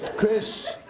chris,